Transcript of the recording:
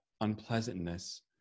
unpleasantness